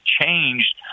changed